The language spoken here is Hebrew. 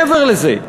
אבל מעבר לזה,